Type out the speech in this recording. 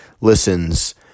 listens